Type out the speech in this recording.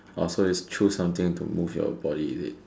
orh so is choose something to move your body is it